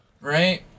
Right